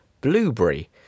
Blueberry